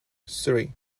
surrey